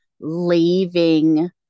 leaving